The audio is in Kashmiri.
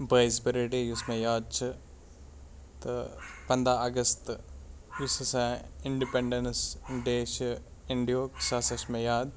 بٲیِس بٔرٕ ڈے یُس مےٚ یاد چھِ تہٕ پنٛداہ اَگستہٕ یُس ہَسا اِنڈِپٮ۪نٛڈٮ۪نٕس ڈے چھِ اِنٛڈیُک سُہ ہَسا چھُ مےٚ یاد